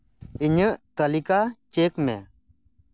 ᱤᱧᱟᱹᱜ ᱛᱟᱹᱞᱤᱠᱟ ᱪᱮᱠ ᱢᱮ